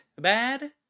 bad